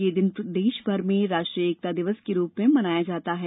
यह दिन देशभर में राष्ट्रीय एकता दिवस के रूप में मनाया जाता है